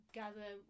gather